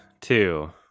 two